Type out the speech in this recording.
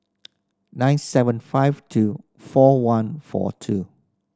nine seven five two four one four two